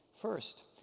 First